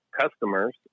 customers